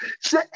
Say